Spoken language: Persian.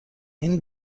این